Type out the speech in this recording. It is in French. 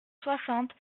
soixante